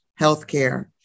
healthcare